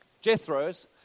Jethro's